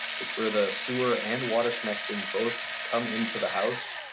it's where the sewer and water connections both come into the house.